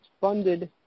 funded